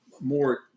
more